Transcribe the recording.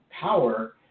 power